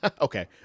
Okay